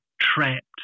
trapped